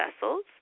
vessels